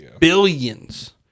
Billions